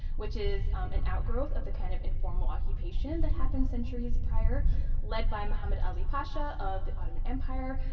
which is an outgrowth of the kind of informal occupation that happened centuries prior led by muhammad ali pasha of the ottoman empire.